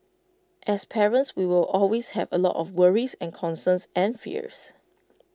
as parents we will always have A lot of worries and concerns and fears